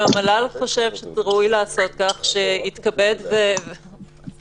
אם המל"ל חושב שראוי לעשות כך שיתכבד ויעשה.